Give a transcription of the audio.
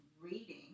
reading